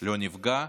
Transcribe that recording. לא נפגע,